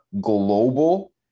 global